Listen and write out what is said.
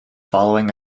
following